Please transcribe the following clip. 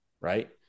right